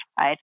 right